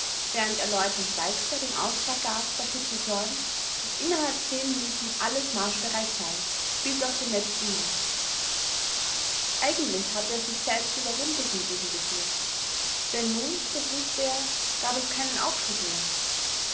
während er leutnant weixler den auftrag gab dafür zu sorgen daß innerhalb zehn minuten alles marschbereit sei bis auf den letzten mann eigentlich hatte er sich selbst überrumpelt mit diesem befehl denn nun das wußte er gab es keinen aufschub mehr